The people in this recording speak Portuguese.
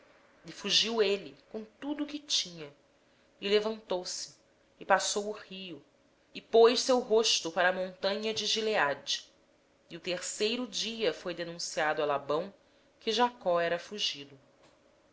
e fugiu com tudo o que era seu e levantando-se passou o rio e foi em direção à montanha de gileade ao terceiro dia foi labão avisado de que jacó havia fugido